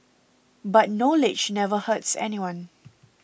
but knowledge never hurts anyone